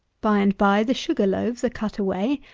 by-and-by the sugar-loaves are cut away,